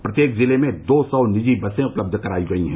प्रत्येक जिले में दो सौ निजी बसें उपलब्ध कराई गई हैं